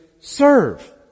serve